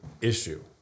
issue